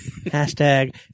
Hashtag